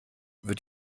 wird